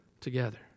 together